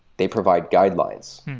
they provide guidelines.